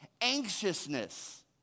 anxiousness